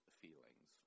feelings